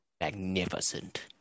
magnificent